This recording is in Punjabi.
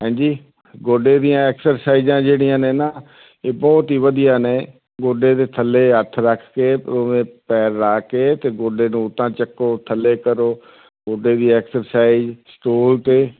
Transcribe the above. ਹਾਂਜੀ ਗੋਡੇ ਦੀਆਂ ਐਕਸਰਸਾਈਜ਼ਾਂ ਜਿਹੜੀਆਂ ਨੇ ਨਾ ਇਹ ਬਹੁਤ ਹੀ ਵਧੀਆ ਨੇ ਗੋਡੇ ਦੇ ਥੱਲੇ ਹੱਥ ਰੱਖ ਕੇ ਉਵੇਂ ਪੈਰ ਲਾ ਕੇ ਅਤੇ ਗੋਡੇ ਨੂੰ ਉਤਾਂਹ ਚੱਕੋ ਥੱਲੇ ਕਰੋ ਗੋਡੇ ਦੀ ਐਕਸਰਸਾਈਜ਼ ਸਟੋਲ 'ਤੇ